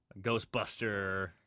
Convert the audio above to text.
Ghostbuster